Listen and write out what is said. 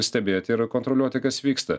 stebėti ir kontroliuoti kas vyksta